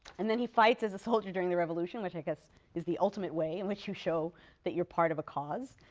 and then he fights as a soldier during the revolution, which i guess is the ultimate way in which you show that you're part of a cause.